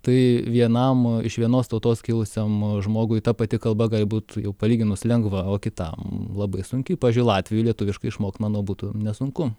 tai vienam iš vienos tautos kilusiam žmogui ta pati kalba gali būt jau palyginus lengva o kitam labai sunkiai pavyzdžiui latviui lietuviškai išmokt manau būtų nesunku